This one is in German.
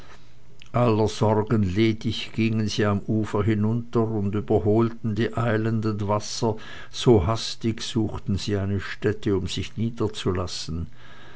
aller sorgen ledig gingen sie am ufer hinunter und überholten die eilenden wasser so hastig suchten sie eine stätte um sich nieder